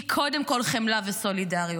היא קודם כול חמלה וסולידריות.